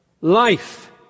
life